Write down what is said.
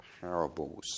parables